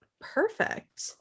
perfect